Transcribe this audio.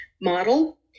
model